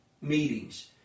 meetings